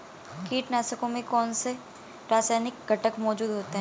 कीटनाशकों में कौनसे रासायनिक घटक मौजूद होते हैं?